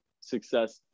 success